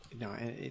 No